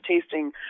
tasting